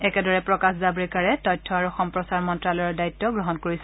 একেদৰে প্ৰকাশ জাম্ৰেকাৰে তথ্য আৰু সম্প্ৰচাৰৰ মন্ত্ৰালয়ৰ দায়িত্ব গ্ৰহণ কৰিছে